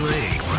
League